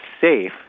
safe